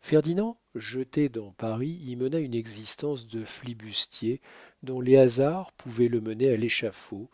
ferdinand jeté dans paris y mena une existence de flibustier dont les hasards pouvaient le mener à l'échafaud